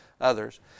others